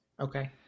Okay